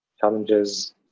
challenges